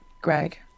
greg